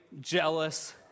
jealous